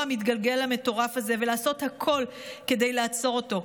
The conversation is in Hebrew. המתגלגל המטורף הזה ולעשות הכול כדי לעצור אותו.